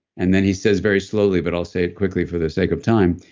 and then he says very slowly, but i'll say it quickly for the sake of time.